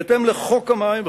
בהתאם לחוק המים,